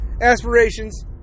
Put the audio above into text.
aspirations